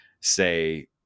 say